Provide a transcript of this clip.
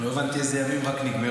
רק לא הבנתי איזה ימים נגמרו.